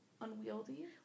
unwieldy